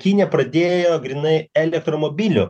kinija pradėjo grynai elektromobilių